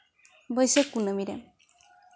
ᱵᱟᱹᱭᱥᱟᱹᱠᱷ ᱠᱩᱱᱟᱹᱢᱤ ᱨᱮ